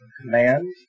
command